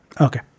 Okay